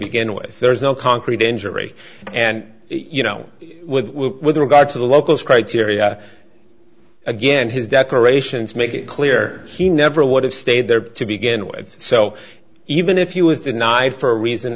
begin with there's no concrete injury and you know with regard to the locals criteria again his declarations make it clear he never would have stayed there to begin with so even if you was denied for a reason